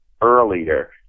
earlier